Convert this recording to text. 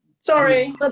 Sorry